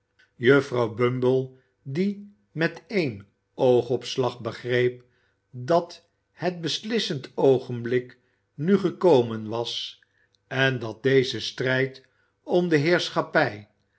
juffrouw bumble die met één oogopslag begreep dat het beslissend oogenbük nu gekomen was en dat deze strijd om de heerschappij